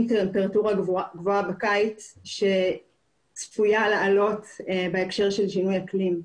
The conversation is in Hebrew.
טמפרטורה גבוהה בקיץ שצפויה לעלות בהקשר של שינוי אקלים.